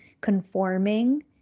conforming